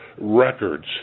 records